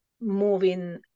moving